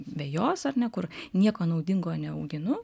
vejos ar ne kur nieko naudingo neauginu